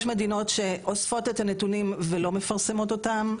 יש מדינות שאוספות את הנתונים ולא מפרסמות אותם.